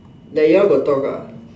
like you all got talk ah